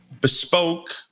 bespoke